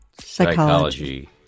psychology